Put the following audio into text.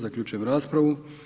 Zaključujem raspravu.